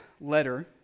letter